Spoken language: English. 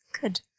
Good